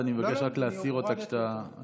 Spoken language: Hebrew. אז אני מבקש רק להסיר אותה כשאתה,